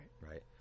right